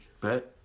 Bet